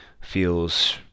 feels